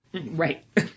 Right